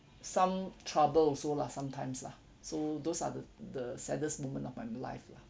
some trouble also lah sometimes lah so those are the the saddest moment of my life lah